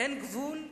אין גבול?